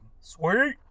Sweet